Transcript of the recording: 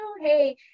hey